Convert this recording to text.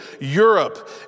Europe